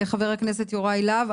חבר הכנסת יוראי להב.